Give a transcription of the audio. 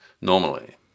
normally